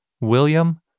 William